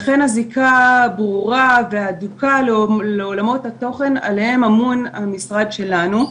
לכן הזיקה ברורה והדוקה לעולמות התוכן עליהם אמון המשרד שלנו.